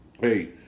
Hey